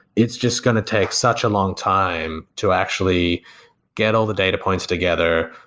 it's just going to take such a long time to actually get all the data points together,